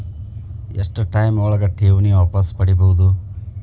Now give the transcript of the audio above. ಎಷ್ಟು ಟೈಮ್ ಒಳಗ ಠೇವಣಿ ವಾಪಸ್ ಪಡಿಬಹುದು?